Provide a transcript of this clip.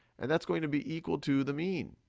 and that's going to be equal to the mean.